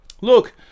look